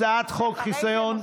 הצעת חוק חיסיון,